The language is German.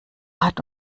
hat